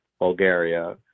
Bulgaria